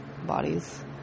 bodies